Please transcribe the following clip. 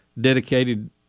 dedicated